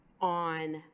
on